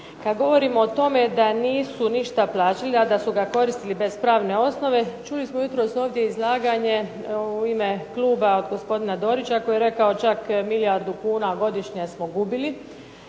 Kada govorimo o tome da nisu ništa plaćali, a da su ga koristili bez pravne osnove, čuli smo jutros ovdje izlaganje u ime kluba gospodina Dorića koji je rekao čak milijardu kuna godišnje smo gubili.